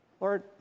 Lord